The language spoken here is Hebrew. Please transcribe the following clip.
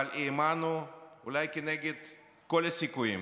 אבל האמנו כנגד כל הסיכויים